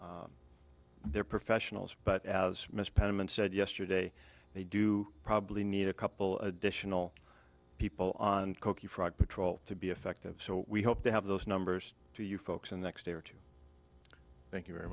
they're professionals but as mr penniman said yesterday they do probably need a couple additional people on cookie frog patrol to be effective so we hope to have those numbers to you folks in the next day or two thank you very